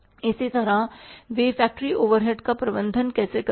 इसी तरह वे फैक्ट्री ओवरहेड्स का प्रबंधन कैसे कर रहे हैं